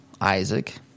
Isaac